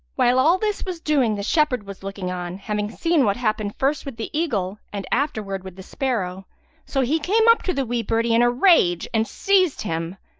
while all this was doing the shepherd was looking on, having seen what happened first with the eagle and afterwards with the sparrow so he came up to the wee birdie in a rage and seized him.